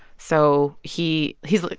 so he he's,